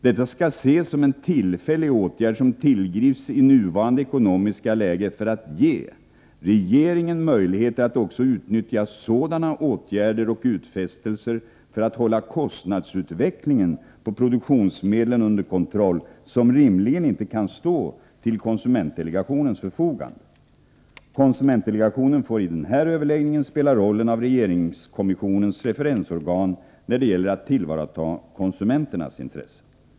Detta skall ses som en tillfällig åtgärd som tillgrips i nuvarande ekonomiska läge för att ge regeringen möjligheter att också utnyttja sådana åtgärder och utfästelser för att hålla kostnadsutvecklingen på produktionsmedlen under kontroll — möjligheter som rimligen inte kan föreligga för konsumentdelegationen. Konsumentdelegationen får i den här överläggningen spela rollen av regeringskommissionens referensorgan när det gäller att tillvarata konsumenternas intressen.